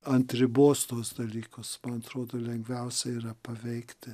ant ribos tuos dalykus man atrodo lengviausia yra paveikti